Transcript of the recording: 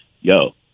yo